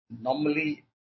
normally